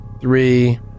three